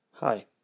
hi